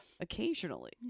Occasionally